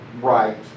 right